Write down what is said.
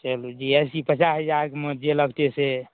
से बिद्यार्थी पचास हजार मे जे लगतै से